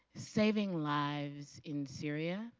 saving lives in syria.